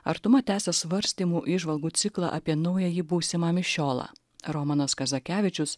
artuma tęsia svarstymų įžvalgų ciklą apie naująjį būsimą mišiolą romanas kazakevičius